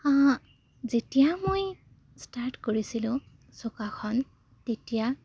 যেতিয়া মই ষ্টাৰ্ট কৰিছিলোঁ যোগাসন তেতিয়া